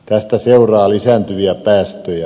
tästä seuraa lisääntyviä päästöjä